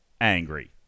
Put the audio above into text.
angry